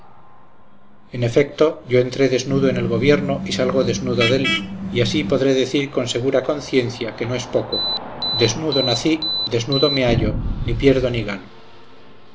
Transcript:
en efecto yo entré desnudo en el gobierno y salgo desnudo dél y así podré decir con segura conciencia que no es poco desnudo nací desnudo me hallo ni pierdo ni gano